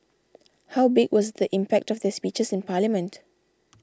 how big was the impact of their speeches in parliament